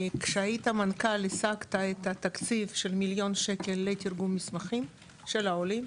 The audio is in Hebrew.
כשהיית מנכ"ל השגת תקציב מיליון שקל לתרגום מסמכים של העולים.